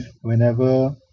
whenever